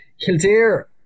Kildare